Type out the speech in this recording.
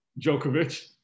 Djokovic